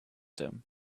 them